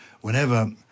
Whenever